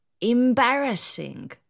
Embarrassing